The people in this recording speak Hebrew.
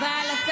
באיזה